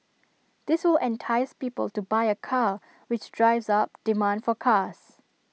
this will entice people to buy A car which drives up demand for cars